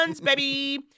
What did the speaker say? baby